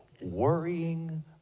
worrying